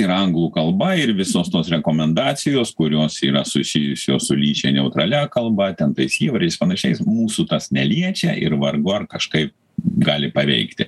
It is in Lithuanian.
ir anglų kalba ir visos tos rekomendacijos kurios yra susijusios su lyčiai neutralia kalba ten tais įvardžiais panašiais mūsų tas neliečia ir vargu ar kažkaip gali paveikti